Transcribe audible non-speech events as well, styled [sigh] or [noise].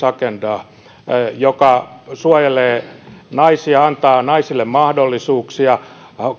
[unintelligible] agendaa joka suojelee naisia antaa naisille mahdollisuuksia